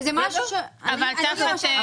לא, לא כל הקואליציה.